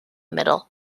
middle